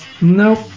nope